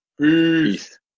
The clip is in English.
Peace